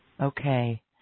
Okay